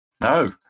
No